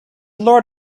lord